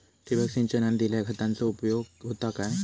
ठिबक सिंचनान दिल्या खतांचो उपयोग होता काय?